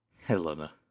Helena